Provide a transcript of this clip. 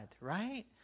right